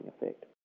effect